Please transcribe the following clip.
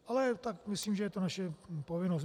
Ale myslím, že je to naše povinnost.